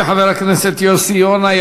תודה לחבר הכנסת יוסי יונה.